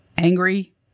angry